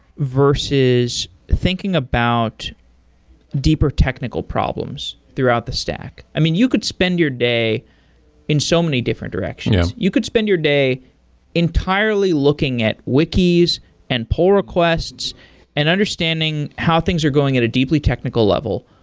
versus thinking about deeper, technical problems throughout the stack? i mean, you could spend your day in so many different directions. you could spend your day entirely looking at wikis and pull requests and understanding how things are going at a deeply technical level,